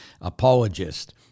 apologist